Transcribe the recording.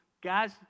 Guys